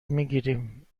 میگیریم